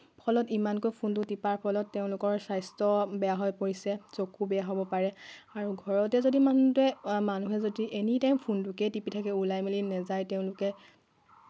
ফলত ইমানকৈ ফোনটো টিপাৰ ফলত তেওঁলোকৰ স্বাস্থ্য বেয়া হৈ পৰিছে চকু বেয়া হ'ব পাৰে আৰু ঘৰতে যদি মানুহটোৱে মানুহে যদি এনিটাইম ফোনটোকে টিপি থাকে ওলাই মেলি নাযায় তেওঁলোকে